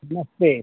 नमस्ते